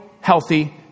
healthy